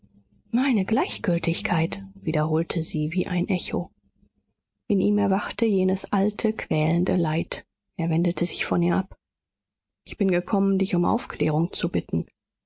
meine gleichgültigkeit wiederholte sie wie ein echo in ihm erwachte jenes alte quälende leid er wendete sich von ihr ab ich bin gekommen dich um aufklärung zu bitten